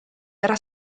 era